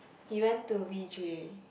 he went to V_J